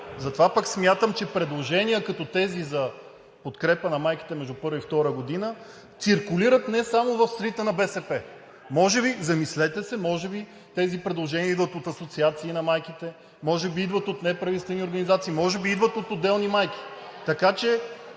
Затова пък смятам, че предложения като тези – за подкрепа на майките между първа и втора година, циркулират не само в средите на БСП. Замислете се, може би тези предложения идват от асоциации на майките, може би идват от неправителствени организации, може би идват от отделни майки? Така че,